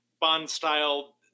Bond-style